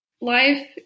Life